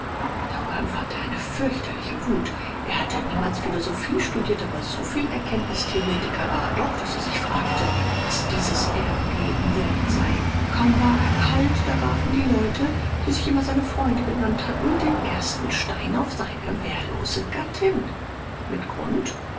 darüber empfand er eine fürchterliche wut er hatte niemals philosophie studiert aber so viel erkenntnistheoretiker war er doch daß er sich fragte was dieses erdenleben wert sei kaum war er kalt da warfen die leute die sich immer seine freunde genannt hatten den ersten stein auf seine wehrlose gattin mit grund